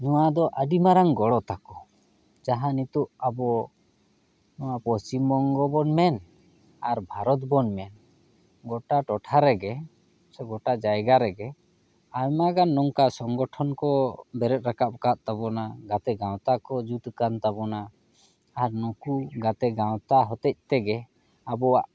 ᱱᱚᱣᱟ ᱫᱚ ᱟᱹᱰᱤ ᱢᱟᱨᱟᱝ ᱜᱚᱲ ᱛᱟᱠᱚ ᱡᱟᱦᱟᱸ ᱱᱤᱛᱚᱜ ᱟᱵᱚ ᱱᱚᱣᱟ ᱯᱚᱥᱪᱤᱢᱵᱚᱝᱜᱚ ᱵᱚᱱ ᱢᱮᱱ ᱟᱨ ᱵᱷᱟᱨᱚᱛ ᱵᱚᱱ ᱢᱮᱱ ᱜᱚᱴᱟ ᱴᱚᱴᱷᱟ ᱨᱮᱜᱮ ᱥᱮ ᱜᱚᱴᱟ ᱡᱟᱭᱜᱟ ᱨᱮᱜᱮ ᱟᱭᱢᱟ ᱱᱚᱝᱠᱟ ᱥᱚᱝᱜᱚᱴᱷᱚᱱ ᱠᱚ ᱵᱮᱨᱮᱫ ᱨᱟᱠᱟᱵ ᱟᱠᱟᱫ ᱛᱟᱵᱚᱱᱟ ᱜᱟᱛᱮ ᱜᱟᱶᱛᱟ ᱠᱚ ᱡᱩᱛ ᱟᱠᱟᱱ ᱛᱟᱵᱚᱱᱟ ᱟᱨ ᱱᱩᱠᱩ ᱜᱟᱛᱮ ᱜᱟᱶᱛᱟ ᱦᱚᱛᱮᱡ ᱛᱮᱜᱮ ᱟᱵᱚᱣᱟᱜ